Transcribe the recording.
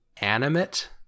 animate